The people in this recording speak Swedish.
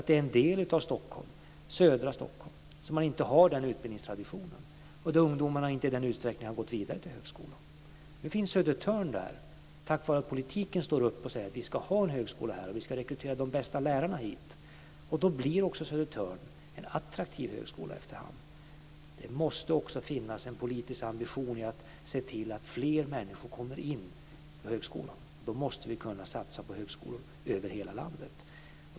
Det är en del av södra Stockholm där man inte har den bildningstraditionen och där ungdomarna inte i så stor utsträckning gått vidare till högskola. Nu finns Södertörn tack vare att politikerna står upp och säger att vi ska ha en högskola där och att vi ska rekrytera de bästa lärarna dit. Då blir också Södertörn en attraktiv högskola efter hand. Det måste också finnas en politisk ambition att se till att fler människor kommer in på högskolan, och då måste vi satsa på högskolor över hela landet.